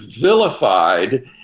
vilified